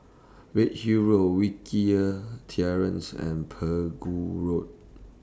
Redhill Road Wilkie Terrace and Pegu Road